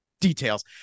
details